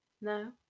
No